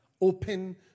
open